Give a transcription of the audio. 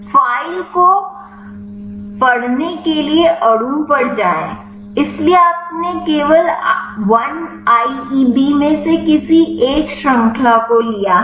file को पढ़ने के लिए अणु पर जाएं इसलिए आपने केवल 1IEB में से किसी एक श्रृंखला को लिया है